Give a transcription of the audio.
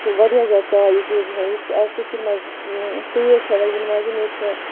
چھِواریاہ زیاد چاے ییٚتہِ چھ گَسان ییٚتہِ چھِ آز کٔشیٖر مَنٛز تۭر چھےٚ وۄنۍ یِنہ واجِن ییٚتہِ چھِ